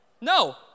No